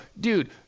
dude